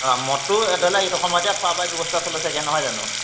অঁ মদটো ধৰি লওক এইটো সময়তে খোৱা বোৱাৰ ব্যৱস্থা চলে চাগৈ নহয় জানো